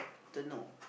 don't know